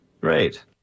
Great